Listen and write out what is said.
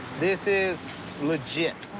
this is legit.